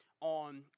on